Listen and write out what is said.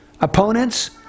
Opponents